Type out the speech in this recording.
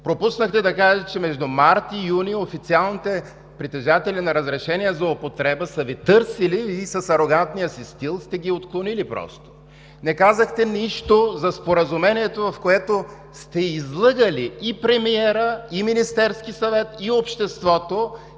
Пропуснахте да кажете, че между март и юни официалните притежатели на разрешения за употреба са Ви търсили и с арогантния си стил просто сте ги отклонили. Не казахте нищо за споразумението, в което сте излъгали и премиера, и Министерския съвет, и обществото,